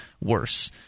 worse